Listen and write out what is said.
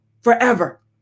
forever